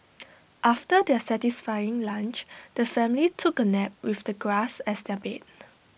after their satisfying lunch the family took A nap with the grass as their bed